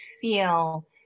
feel